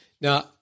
Now